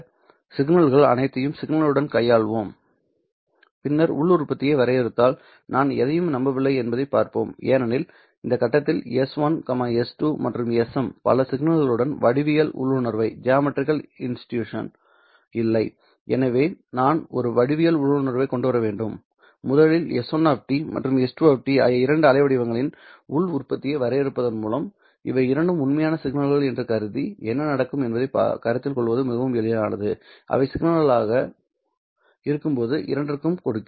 எனவே இந்த சிக்கல்கள் அனைத்தையும் சிக்னல்களுடன் கையாள்வோம் பின்னர் உள் உற்பத்தியை வரையறுத்தால் நான் எதையும் நம்பவில்லை என்பதைப் பார்ப்போம் ஏனெனில் இந்த கட்டத்தில் s1 s2 மற்றும் sm பல சிக்னல்களுக்கு வடிவியல் உள்ளுணர்வு இல்லை எனவே நான் ஒரு வடிவியல் உள்ளுணர்வைக் கொண்டு வர வேண்டும் முதலில் s1 மற்றும் s2 ஆகிய இரண்டு அலைவடிவங்களின் உள் உற்பத்தியை வரையறுப்பதன் மூலம் இவை இரண்டும் உண்மையான சிக்னல்கள் என்று கருதி என்ன நடக்கும் என்பதைக் கருத்தில் கொள்வது மிகவும் எளிதானது அவை சிக்கலான சிக்னலாக இருக்கும்போது இரண்டிற்கும் கொடுக்கிறேன்